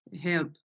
help